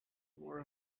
were